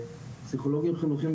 פסיכולוגים חינוכיים,